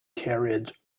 carriage